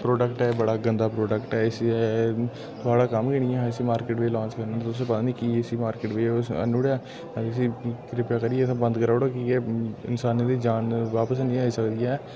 product ऐ एह् बडा गंदा प्रोडैक्ट ऐ इसी एह् थुआढ़ा कम्म गै नी ऐ इसी मार्केट बिच्च लांच करना तुसें पता नी की इसी मार्केट बिच्च आह्नी ओड़ेआ इसी किरपा करियै बन्द कराई ओड़ो कि के इंसाने दी जान बापस हैनी आई सकदी ऐ